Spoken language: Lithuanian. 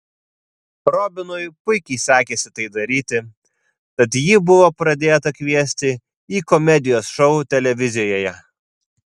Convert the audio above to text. robinui puikiai sekėsi tai daryti tad jį buvo pradėta kviesti į komedijos šou televizijoje